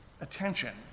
attention